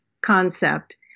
concept